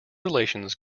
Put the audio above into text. relations